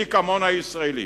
ומי כמונו, הישראלים,